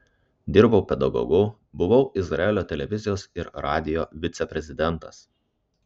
dirbau pedagogu buvau izraelio televizijos ir radijo viceprezidentas